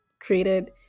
created